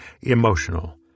emotional